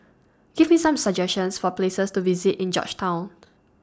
Give Me Some suggestions For Places to visit in Georgetown